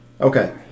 Okay